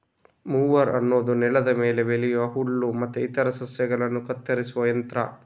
mower ಅನ್ನುದು ನೆಲದ ಮೇಲೆ ಬೆಳೆಯುವ ಹುಲ್ಲು ಮತ್ತೆ ಇತರ ಸಸ್ಯಗಳನ್ನ ಕತ್ತರಿಸುವ ಯಂತ್ರ